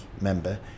member